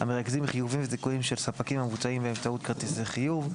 המרכזים חיובים וזיכויים של ספקים המבוצעים באמצעות כרטיסי חיוב.